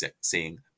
seeing